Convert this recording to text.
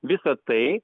visa tai